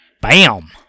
Bam